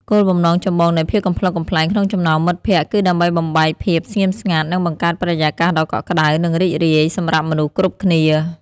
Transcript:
គោលបំណងចម្បងនៃភាពកំប្លុកកំប្លែងក្នុងចំណោមមិត្តភក្តិគឺដើម្បីបំបែកភាពស្ងៀមស្ងាត់និងបង្កើតបរិយាកាសដ៏កក់ក្តៅនិងរីករាយសម្រាប់មនុស្សគ្រប់គ្នា។